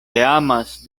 amas